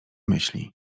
myśli